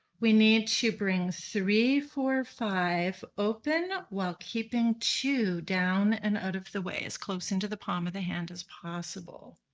we need to bring three four five open, while keeping two down and out of the way. as close into the palm of the hand as possible.